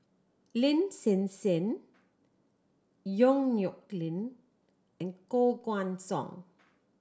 Lin Hsin Hsin Yong Nyuk Lin and Koh Guan Song